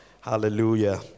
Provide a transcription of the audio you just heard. Hallelujah